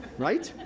right?